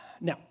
now